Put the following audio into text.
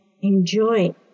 enjoy